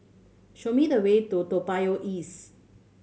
show me the way to Toa Payoh East